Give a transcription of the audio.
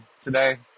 today